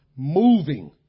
Moving